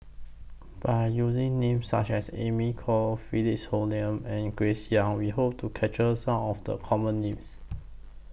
By using Names such as Amy Khor Philip Hoalim and Grace Young We Hope to capture Some of The Common Names